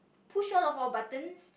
push all of our buttons